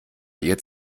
ihr